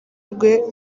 rwe